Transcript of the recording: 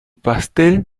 pastel